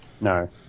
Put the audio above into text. No